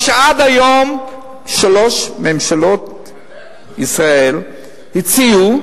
מה שעד היום שלוש ממשלות ישראל הציעו,